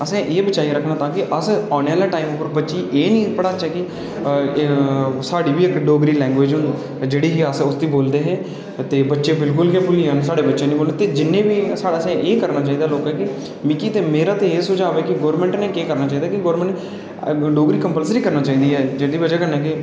असें एह् बचाइयै रक्खना तां के औने आह्ले टाइम उप्पर बच्चे गी एह् नी पढ़ाचै कि साढ़ी बी इक डोगरी लैंग्वेज ही जेह्ड़ी अस बोलदे हे ते बच्चे बिल्कुल गै भुल्ली जाह्न साढ़े बच्चे ते असें सारे गी एह् करना चाहिदा लोकें गी मेरा ते एह् सुझाऽ ऐ कि गवर्नमेंट ने केह् करना चाहिदा के डोगरी कंपलसरी करनी चाहिदी ऐ जिदी बजह् कन्नै के